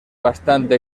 bastante